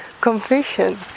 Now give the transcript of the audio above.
confession